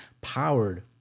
powered